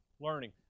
learning